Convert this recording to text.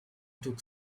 took